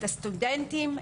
הסטודנטים,